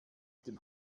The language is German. dem